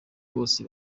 bose